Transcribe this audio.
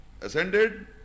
ascended